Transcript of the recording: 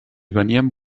venien